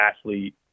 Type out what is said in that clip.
athlete